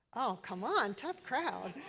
oh, come on, tough crowd.